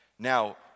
Now